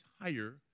higher